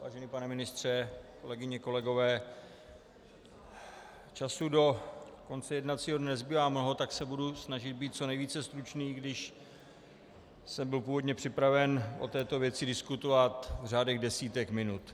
Vážený pane ministře, kolegyně, kolegové, času do konce jednacího dne nezbývá mnoho, tak se budu snažit být co nejvíce stručný, i když jsem byl původně připraven o této věci diskutovat v řádech desítek minut.